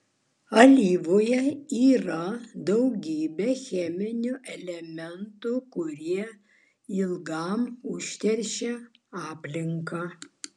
alyvoje yra daugybė cheminių elementų kurie ilgam užteršia aplinką